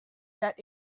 that